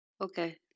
Okay